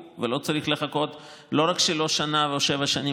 ולא צריך לחכות לא רק שנה ולא שבע שנים,